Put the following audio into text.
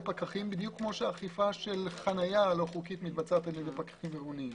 פקחים בדיוק כפי שאכיפה של חניה לא חוקית מתבצעת על ידי פקחים עירוניים.